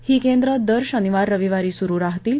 ही केंद्र दर शनिवार रविवारी सुरू राहतील